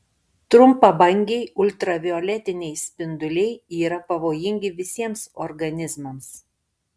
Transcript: trumpabangiai ultravioletiniai spinduliai yra pavojingi visiems organizmams